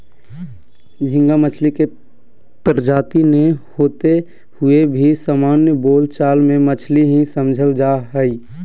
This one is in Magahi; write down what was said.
झींगा मछली के प्रजाति नै होते हुए भी सामान्य बोल चाल मे मछली ही समझल जा हई